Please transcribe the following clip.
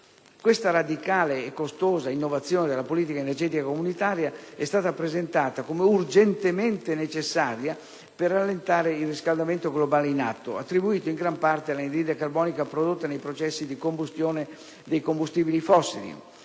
Questa radicale e costosa innovazione della politica energetica comunitaria è stata presentata come urgentemente necessaria per rallentare il riscaldamento globale in atto, attribuito in gran parte all'anidride carbonica prodotta nei processi di combustione dei combustibili fossili.